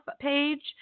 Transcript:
page